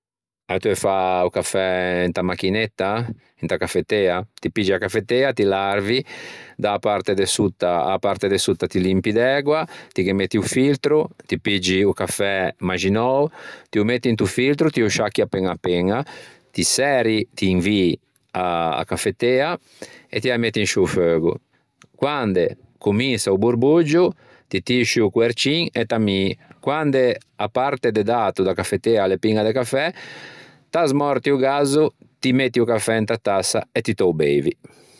Ah, t'eu fâ o cafè inta machinetta? Inta caffettea? Ti piggi a caffettea, ti l'arvi da-a parte de sotta, a-a parte de sotta ti l'impi d'ægua, ti ghe metti o filtro, ti piggi o cafè maxinou, ti ô metti into filtro, ti ô sciacchi apeña apeña, ti særi, ti invii a caffettea e ti â metti in sciô feugo. Quande cominsa o borboggio ti tii sciù o coercin e t'ammii. Quande a parte de d'ato da caffettea a l'é piña de cafè, t'asmòrti o gazzo, ti metti o cafè inta tassa e ti te ô beivi.